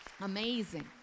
Amazing